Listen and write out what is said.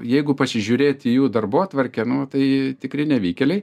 jeigu pasižiūrėti į jų darbotvarkę nu tai tikri nevykėliai